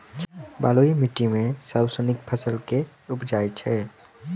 बलुई माटि मे सबसँ नीक फसल केँ उबजई छै?